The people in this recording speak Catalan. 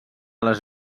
les